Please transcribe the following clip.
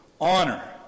honor